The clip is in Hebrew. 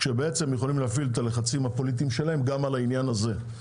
כשבעצם הם יכולים להפעיל את הלחצים הפוליטיים שלהם גם על העניין הזה.